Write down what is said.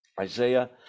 Isaiah